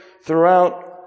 throughout